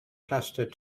cluster